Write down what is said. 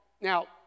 Now